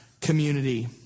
community